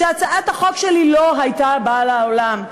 שהצעת החוק שלי לא הייתה באה לעולם,